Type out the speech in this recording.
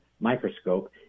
microscope